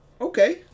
okay